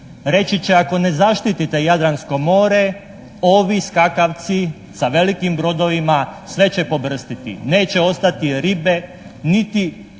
reći će ako ne zaštitite Jadransko more ovi skakavci sa velikim brodovima sve će pobrstiti. Neće ostati ribe niti